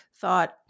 thought